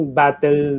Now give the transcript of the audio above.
battle